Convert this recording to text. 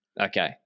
Okay